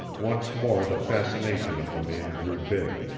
once more the fascination of the man grew big,